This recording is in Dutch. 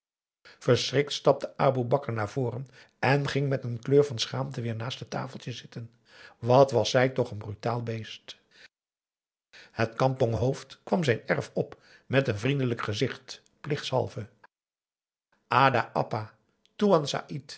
verschrikt stapte aboe bakar naar voren en ging met n kleur van schaamte weer naast het tafeltje zitten wat was zij toch een brutaal beest het kamponghoofd kwam zijn erfje op met een vriendelijk gezicht plichtshalve ada apa